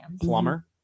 Plumber